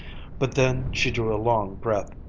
but then she drew a long breath.